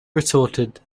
retorted